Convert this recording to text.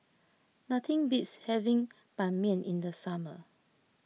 nothing beats having Ban Mian in the summer